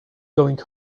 going